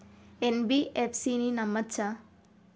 NBFC ని నమ్మచ్చా?